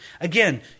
Again